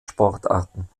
sportarten